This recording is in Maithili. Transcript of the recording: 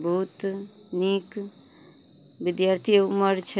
बहुत नीक विद्यार्थी उमर छै